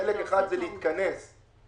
חלק אחד הוא להתכנס לדחיית